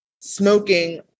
smoking